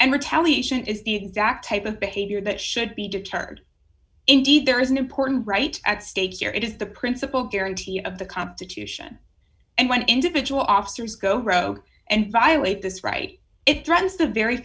and retaliation is the exact type of behavior that should be deterred indeed there is an important right at stake here it is the principle guarantee of the constitution and when individual officers go and violate this right it threatens